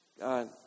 God